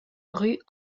rue